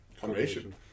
Combination